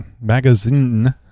magazine